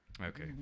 okay